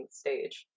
stage